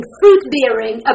fruit-bearing